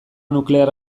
nuklear